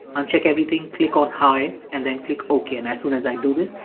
uncheck everything, click on high and then click okay. and as soon as i do this,